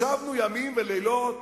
ישבנו ימים ולילות